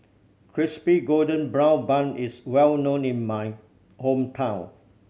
Crispy Golden Brown Bun is well known in my hometown